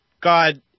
God